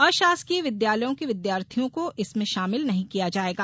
अशासकीय विद्यालयों के विद्यार्थियों को इसमें शामिल नहीं किया जाएगा